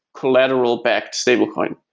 collateral-backed stablecoin.